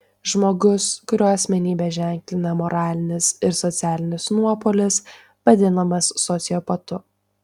žmogus kurio asmenybę ženklina moralinis ir socialinis nuopolis vadinamas sociopatu